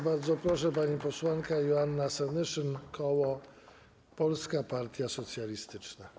Bardzo proszę panią posłankę Joannę Senyszyn, koło Polska Partia Socjalistyczna.